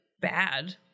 bad